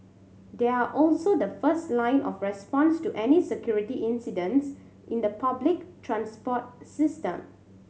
they are also the first line of response to any security incidents in the public transport system